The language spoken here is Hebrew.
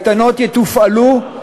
הקייטנות יתופעלו,